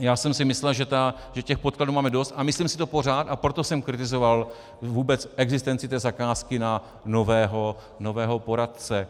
Já jsem si myslel, že podkladů máme dost, a myslím si to pořád, a proto jsem kritizoval vůbec existenci té zakázky na nového poradce.